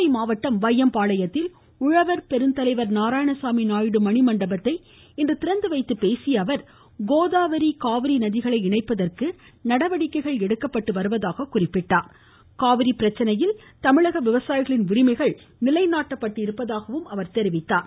கோவை மாவட்டம் வையம்பாளையத்தில் உழவர் பெருந்தலைவர் நாராயணசாமி நாயுடு மணி மண்டபத்தை இன்று திறந்து வைத்து பேசிய அவர் கோதாவரி காவிரி நதிகளை இணைப்பதற்கு நடவடிக்கை எடுக்கப்பட்ட வருவதாகவும் காவிரி பிரச்சினையில் தமிழக விவசாயிகளின் உரிமைகள் நிலைநாட்டப்பட்டிருப்பதாகவும் கூறினார்